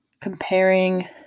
Comparing